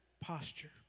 posture